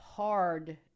hard